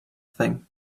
thing